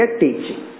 teaching